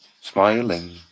smiling